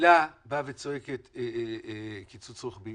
הילה באה וצועקת קיצוץ רוחבי